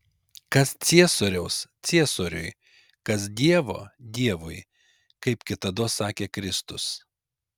kas ciesoriaus ciesoriui kas dievo dievui kaip kitados sakė kristus